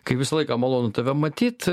kai visą laiką malonu tave matyt